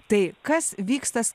tai kas vyksta